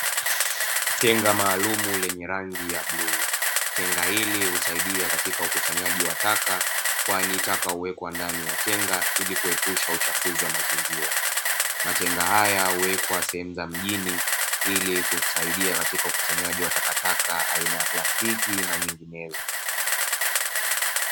Tenga maalumu lenye ya rangi bluu. Tenga hili husaidia katika ukusanyaji wa taka, kwani taka huwekwa ndani tenga ili kupunguza uchafuzi wa mazingira, matenga haya huwekwa sehemu za mjini ili kusaidia ukusanyaji wa taka za plastiki na nyinginezo.